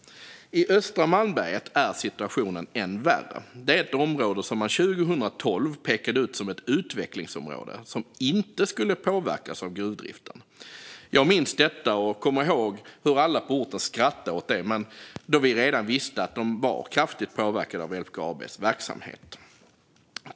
I östra Malmberget är situationen än värre. Det är ett område som man 2012 pekade ut som ett utvecklingsområde som inte skulle påverkas av gruvdriften. Jag minns detta och kommer ihåg hur alla på orten skrattade åt det då vi visste att det redan var kraftigt påverkat av LKAB:s verksamhet.